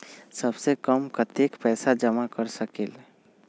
सबसे कम कतेक पैसा जमा कर सकेल?